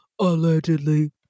allegedly